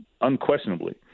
unquestionably